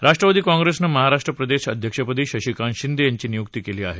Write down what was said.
राष्ट्रवादी काँप्रेसनं महाराष्ट्र प्रदेश अध्यक्षपदी शशिकांत शिंदे यांची नियुक्ती केली आहे